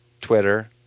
Twitter